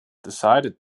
decided